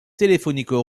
téléphoniques